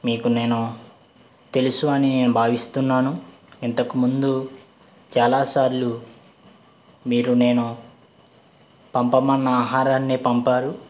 మీకు నేను తెలుసు అని భావిస్తున్నాను ఇంతకుముందు చాలాసార్లు మీరు నేను పంపమన్నా ఆహారాన్ని పంపారు